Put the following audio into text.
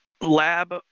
lab